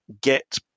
get